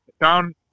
down